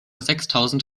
sechstausend